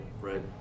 right